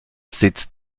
sitzt